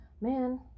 Man